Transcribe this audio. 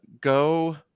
go